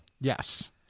Yes